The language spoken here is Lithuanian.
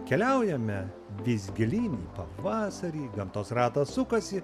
keliaujame vis gilyn į pavasarį gamtos ratas sukasi